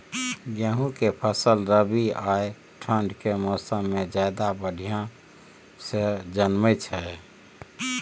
गेहूं के फसल रबी आ ठंड के मौसम में ज्यादा बढ़िया से जन्में छै?